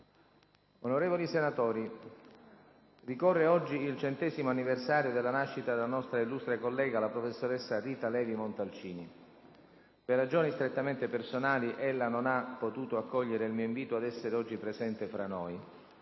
Onorevoli senatori, ricorre oggi il centesimo anniversario della nascita della nostra illustre collega, la professoressa Rita Levi-Montalcini. Per ragioni strettamente personali ella non ha potuto accogliere il mio invito ad essere oggi presente tra noi.